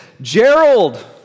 Gerald